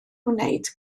wneud